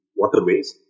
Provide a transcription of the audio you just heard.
waterways